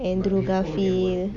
andrew garfield